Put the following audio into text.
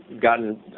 gotten